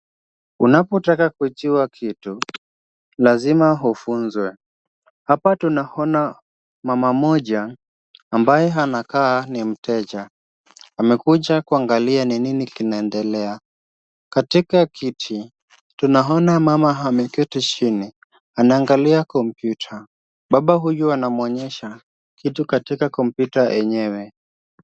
Unapotaka kujua kitu, lazima ufunzwe. Hapa tunaona mama mmoja ambaye anakaa ni mteja. Amekuja kuangalia ni nini kinaendelea. Katika kiti, tunaona mama ameketi chini anaangalia kompyuta. Baba huyu anamwonyesha kitu katika kompyuta yenyewe.